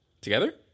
Together